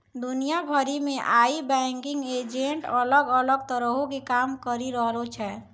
दुनिया भरि मे आइ बैंकिंग एजेंट अलग अलग तरहो के काम करि रहलो छै